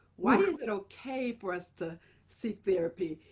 why is it ok for us to seek therapy,